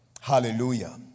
Hallelujah